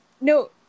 no